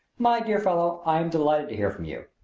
my dear fellow, i am delighted to hear from you.